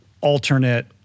alternate